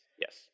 yes